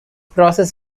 process